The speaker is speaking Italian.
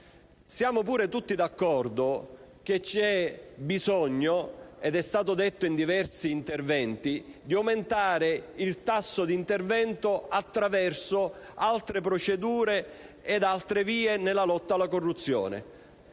Siamo pure tutti d'accordo che c'è bisogno - ed è stato detto in diversi interventi - di aumentare il tasso di intervento, attraverso altre procedure e vie, nella lotta alla corruzione.